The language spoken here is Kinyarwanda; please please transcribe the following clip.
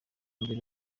mbere